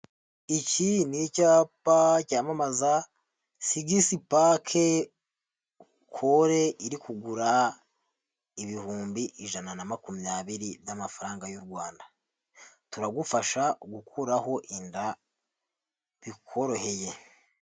Iki ni icyapa cyamamaza Six Pack, kole iri kugura ibihumbi ijana na makumyabiri by'amafaranga y'u Rwanda turagufasha gukuraho inda bikworoheye.